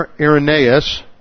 Irenaeus